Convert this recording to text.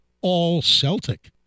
all-Celtic